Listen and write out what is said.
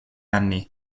anni